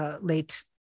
late